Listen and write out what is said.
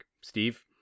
steve